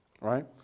right